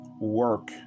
work